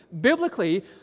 biblically